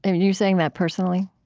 i mean, you're saying that personally?